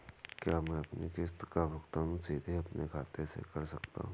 क्या मैं अपनी किश्त का भुगतान सीधे अपने खाते से कर सकता हूँ?